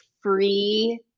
free